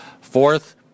Fourth